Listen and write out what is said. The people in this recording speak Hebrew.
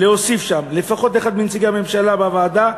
להוסיף שם: לפחות אחד מנציגי הממשלה בוועדה,